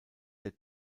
der